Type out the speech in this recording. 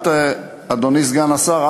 ואדוני סגן השר,